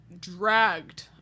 dragged